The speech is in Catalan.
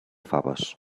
faves